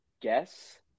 guess